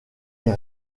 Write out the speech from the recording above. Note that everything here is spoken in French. est